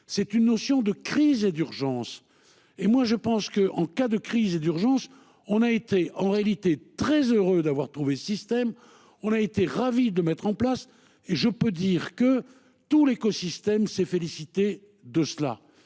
C'est une notion de crise et d'urgence. Et moi je pense que en cas de crise et d'urgence. On a été en réalité très heureux d'avoir trouvé système on a été ravi de mettre en place et je peux dire que tout l'écosystème s'est félicité de cela.